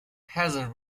peasant